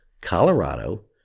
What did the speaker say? Colorado